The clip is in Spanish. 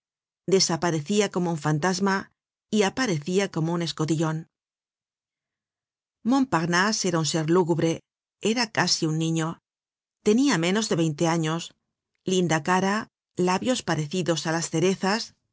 desaparecia como un fantasma yaparecia como por escotillon montparnase era un ser lúgubre era casi un niño tenia menos de veinte años linda cara labios parecidos á las cerezas